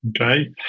Okay